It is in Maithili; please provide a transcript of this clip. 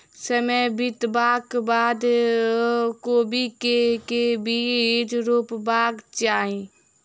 समय बितबाक बाद कोबी केँ के बीज रोपबाक चाहि?